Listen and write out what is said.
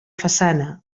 façana